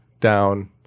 down